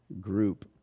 group